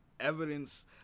evidence